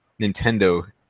Nintendo